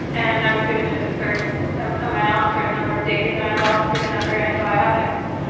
and i was given at a certain um amount, certain number of days, and i was also given other antibiotics.